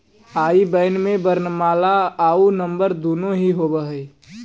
आई बैन में वर्णमाला आउ नंबर दुनो ही होवऽ हइ